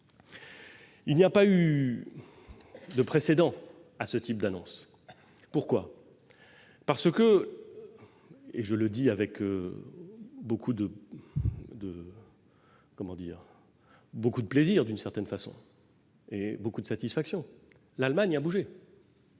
Il n'y a pas eu de précédent à ce type d'annonces. Pourquoi ? Parce que, et je le dis avec beaucoup de plaisir et de satisfaction, l'Allemagne a bougé